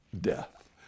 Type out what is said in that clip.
death